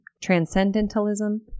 Transcendentalism